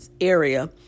area